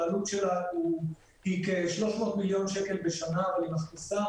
העלות שלה היא כ-300 מיליון שקל בשנה והיא מכניסה